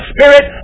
Spirit